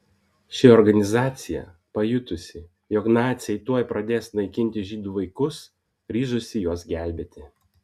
ši organizacija pajutusi jog naciai tuoj pradės naikinti žydų vaikus ryžosi juos gelbėti